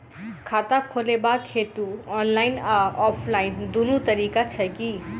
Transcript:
खाता खोलेबाक हेतु ऑनलाइन आ ऑफलाइन दुनू तरीका छै की?